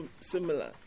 similar